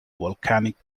volcanic